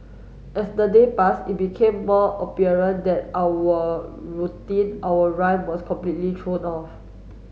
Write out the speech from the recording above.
as the day passed it became more apparent that our routine our rhyme was completely thrown off